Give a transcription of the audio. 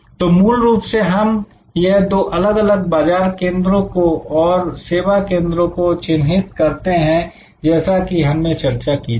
तो मूल रूप से हम यह दो अलग अलग बाजार केंद्रों को और सेवा केंद्रों को चिन्हित करते हैं जैसा कि हमने चर्चा की थी